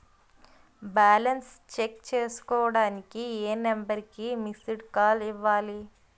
Balance check చేసుకోవటానికి ఏ number కి మిస్డ్ కాల్ ఇవ్వాలి?